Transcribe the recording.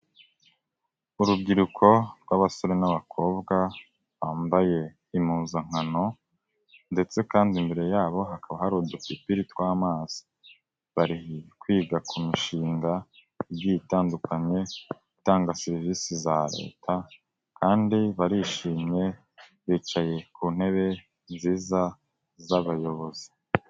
Urubyiruko rw'abasore n'abakobwa bambaye impuzankano, ndetse kandi imbere yabo hakaba hari udupipiri tw'amazi, bari kwiga ku mishinga igiye itandukanye, itanga serivisi za leta, kandi barishimye bicaye ku ntebe nziza z'abayobozi.